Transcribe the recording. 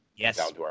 Yes